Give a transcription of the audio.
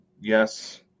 yes